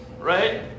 Right